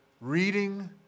reading